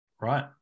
Right